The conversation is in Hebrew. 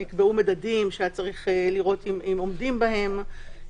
נקבעו מדדים שהיה צריך לראות אם עומדים בהם,